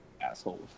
Assholes